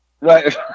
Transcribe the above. Right